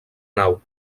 nau